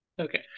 Okay